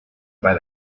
buy